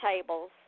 tables